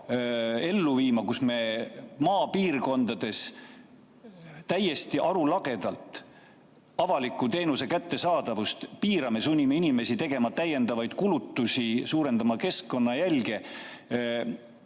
kärpekava, millega maapiirkondades täiesti arulagedalt avaliku teenuse kättesaadavust piirame. Me sunnime inimesi tegema täiendavaid kulutusi ja suurendama keskkonnajälge,